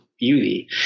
beauty